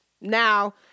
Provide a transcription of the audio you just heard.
Now